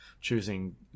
choosing